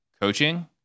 coaching